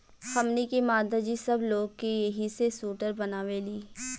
हमनी के माता जी सब लोग के एही से सूटर बनावेली